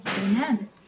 amen